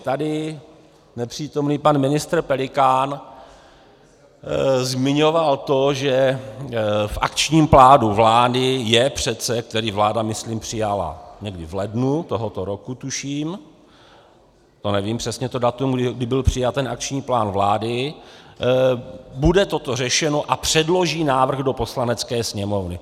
Tady nepřítomný pan ministr Pelikán zmiňoval to, že v akčním plánu vlády, který vláda myslím přijala někdy v lednu tohoto roku tuším, to nevím přesně, to datum, kdy byl přijat akční plán vlády, bude toto řešeno a předloží návrh do Poslanecké sněmovny.